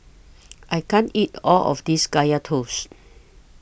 I can't eat All of This Kaya Toast